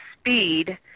speed